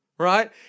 right